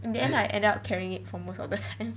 in the end I end up carrying it for most of the time